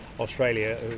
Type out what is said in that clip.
Australia